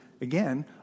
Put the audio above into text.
again